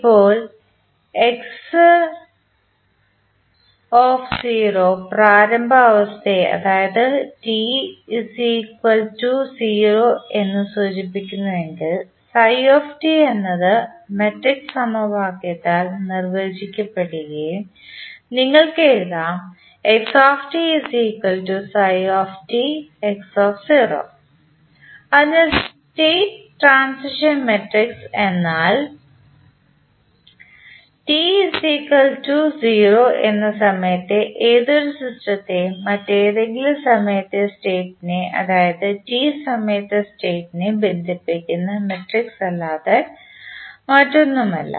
ഇപ്പോൾ x പ്രാരംഭ അവസ്ഥയെ അതായത് t0 എന്ന് സൂചിപ്പിക്കുന്നുവെങ്കിൽ എന്നത് മാട്രിക്സ് സമവാക്യത്താൽ നിർവചിക്കപ്പെടുകയും നിങ്ങൾക്ക് എഴുതാം അതിനാൽ സ്റ്റേറ്റ് ട്രാൻസിഷൻ മാട്രിക്സ്എന്നാൽ t 0 എന്ന സമയത്തെ ഏതൊരു സ്റ്റേറ്റിനെയും മറ്റ് ഏതെങ്കിലും സമയത്തെ സ്റ്റേറ്റിനെ അതായത് t സമയത്തെ സ്റ്റേറ്റിനെ ബന്ധിപ്പിക്കുന്ന മാട്രിക്സ് അല്ലാതെ മറ്റൊന്നുമല്ല